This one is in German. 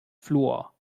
fluor